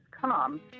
come